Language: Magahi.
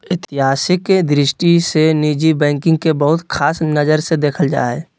ऐतिहासिक दृष्टि से निजी बैंकिंग के बहुत ख़ास नजर से देखल जा हइ